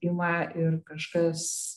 ima ir kažkas